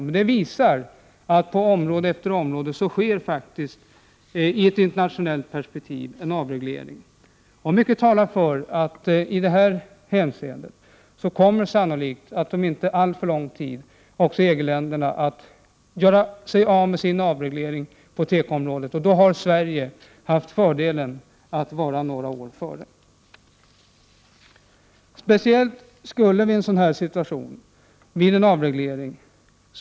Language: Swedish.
Men det som hänt visar att på område efter område sker faktiskt i ett internationellt perspektiv en avreglering. Mycket talar för att i det här hänseendet kommer inom inte alltför lång tid också EG-länderna att göra sig av med sin reglering på tekoområdet. Då har Sverige haft fördelen att vara några år före. Speciellt barnfamiljerna skulle tjäna på en avreglering.